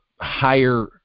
higher